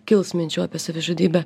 kils minčių apie savižudybę